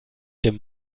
dem